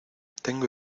tengo